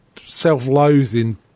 self-loathing